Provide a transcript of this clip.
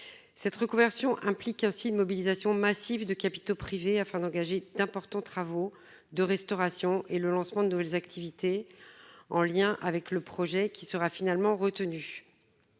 cette reconversion implique ainsi une mobilisation massive de capitaux privés afin d'engager d'importants travaux de restauration et le lancement de nouvelles activités en lien avec le projet qui sera finalement retenu